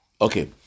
okay